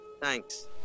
Thanks